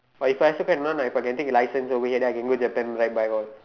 but if also want to learn I can take license over here I can go Japan and ride bike all